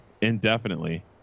indefinitely